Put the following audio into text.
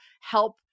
help